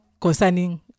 concerning